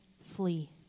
flee